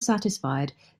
satisfied